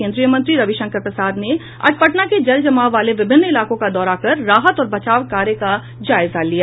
केन्द्रीय मंत्री रविशंकर प्रसाद ने आज पटना के जल जमाव वाले विभिन्न इलाकों का दौरा कर राहत और बचाव कार्य का जायजा लिया